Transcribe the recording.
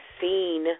seen